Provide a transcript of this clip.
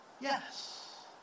Yes